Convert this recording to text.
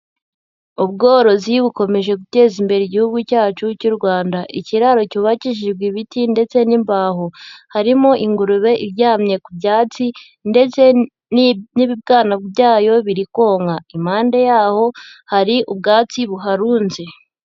Ubworozi bukomeje guteza imbere igihugu cyacu cy'u Rwanda. Ikiraro cyubakishijwe ibiti ndetse n'imbaho. Harimo ingurube iryamye ku byatsi ndetse n'ibibwana byayo biri konka. Impande yaho hari ubwatsi buharunze.